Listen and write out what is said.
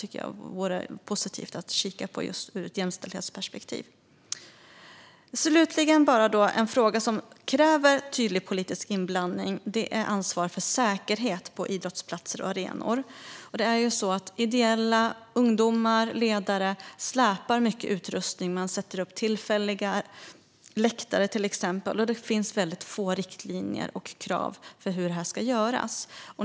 Det vore positivt om man kunde kika på det ur ett jämställdhetsperspektiv. Slutligen har vi en fråga som kräver tydlig politisk inblandning, och det är ansvar för säkerheten på idrottsplatser och arenor. Ideella föreningars ungdomar och ledare släpar mycket utrustning och sätter upp tillfälliga läktare till exempel, men det finns få riktlinjer och krav för hur detta ska göras.